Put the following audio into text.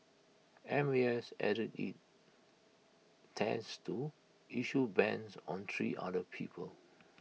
M A S added IT tends to issue bans on three other people